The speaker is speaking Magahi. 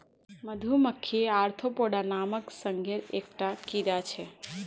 मधुमक्खी ओर्थोपोडा नामक संघेर एक टा कीड़ा छे